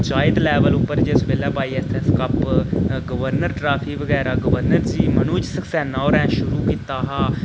panchayat level उप्पर जिस बेल्लै Y S S cup governor trophy बगैरा गवर्नर जी मनोज सिन्हा होरें शुरू कीता हा